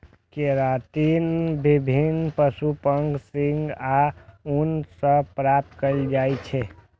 keratin विभिन्न पशुक पंख, सींग आ ऊन सं प्राप्त कैल जाइ छै